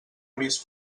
gris